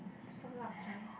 so loud joy